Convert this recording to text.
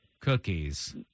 cookies